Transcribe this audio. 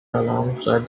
alongside